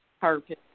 purpose